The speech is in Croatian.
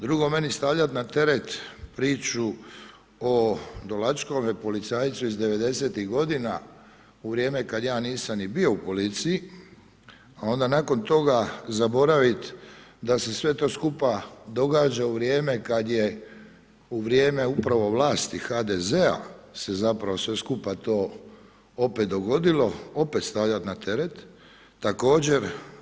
Drugo, meni stavljat na teret priču o Dolačkom policajcu iz 90-tih godina u vrijeme kad ja nisam ni bio u policiji, a onda nakon toga zaboravit da se sve to skupa događa u vrijeme kad je u vrijeme upravo vlasti HDZ-a se zapravo sve skupa se to opet dogodilo opet stavljati na teret, također.